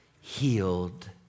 healed